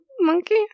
monkey